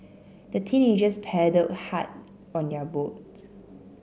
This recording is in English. the teenagers paddled hard on their boat